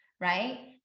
right